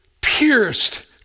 pierced